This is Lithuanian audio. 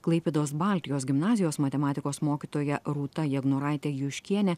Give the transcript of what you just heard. klaipėdos baltijos gimnazijos matematikos mokytoja rūta jegnoraite juškiene